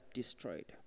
destroyed